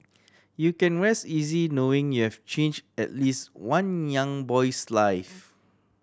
you can rest easy knowing you've change at least one young boy's life